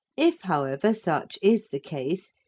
if however such is the case,